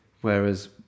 whereas